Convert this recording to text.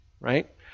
right